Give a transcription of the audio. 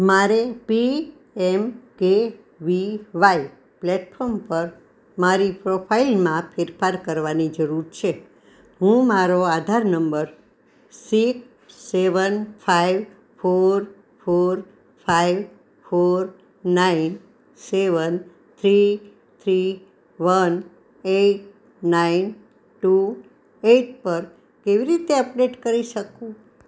મારે P M K V Y platform પર મારી પ્રોફાઇલમાં ફેરફાર કરવાની જરૂર છે હું મારો Aadhaar number six seven five four four five four nine seven three three one eight nine two eight પર કેવી રીતે અપડેટ કરી શકું